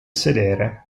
sedere